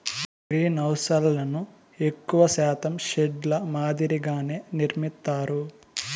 గ్రీన్హౌస్లను ఎక్కువ శాతం షెడ్ ల మాదిరిగానే నిర్మిత్తారు